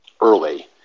early